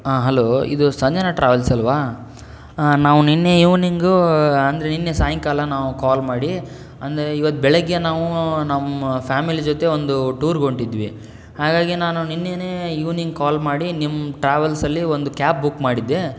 ಹಾಂ ಹಲೋ ಇದು ಸಂಜನ ಟ್ರಾವೆಲ್ಸಲ್ವಾ ನಾವು ನೆನ್ನೆ ಇವ್ನಿಂಗೂ ಅಂದರೆ ನೆನ್ನೆ ಸಾಯಂಕಾಲ ನಾವು ಕಾಲ್ ಮಾಡಿ ಅಂದರೆ ಇವತ್ತು ಬೆಳಗ್ಗೆ ನಾವು ನಮ್ಮ ಫ್ಯಾಮಿಲಿ ಜೊತೆ ಒಂದು ಟೂರ್ಗೊಂಟಿದ್ವಿ ಹಾಗಾಗಿ ನಾನು ನೆನ್ನೆ ಇವ್ನಿಂಗ್ ಕಾಲ್ ಮಾಡಿ ನಿಮ್ಮ ಟ್ರಾವೆಲ್ಸಲ್ಲಿ ಒಂದು ಕ್ಯಾಬ್ ಬುಕ್ ಮಾಡಿದ್ದೆ